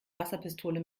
wasserpistole